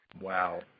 Wow